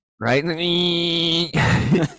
right